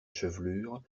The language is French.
chevelure